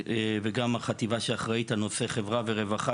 וגם החטיבה שאחראית על נושא חברה ורווחה